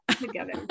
together